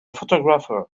photographer